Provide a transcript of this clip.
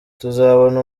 tuzabona